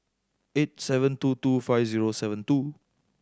eight seven two two five zero seven two